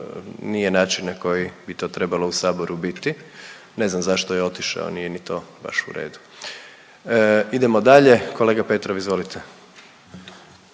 nije način na koji bi to trebalo u Saboru biti. Ne znam zašto je otišao, nije ni to baš u redu. Idemo dalje. Kolega Petrov, izvolite.